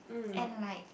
and like